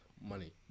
money